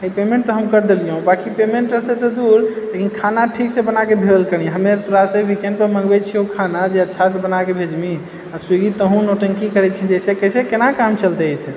payment तऽ हम कर देलियौ हँ बाँकी पेमेंट आर से तऽदूर लेकिन खाना ठीक से बनाके भेजल करीहे हमे तोड़ासे वीकेण्ड पर मँगबए छियो खाना जे अच्छासँ बनाके भेजबिही आ स्विगी तोहों नौटंकी करै छिही ऐसे कैसे केना काम चलतै ऐसे